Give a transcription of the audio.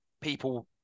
people